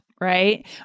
right